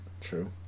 True